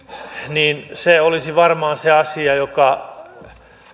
niin se olisi varmaan se asia joka